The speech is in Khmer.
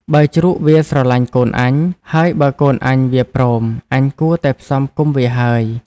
បើជ្រូកវាស្រឡាញ់កូនអញ ហើយបើកូនអញវាព្រម អញគួរតែផ្សំផ្គុំវាហើយ។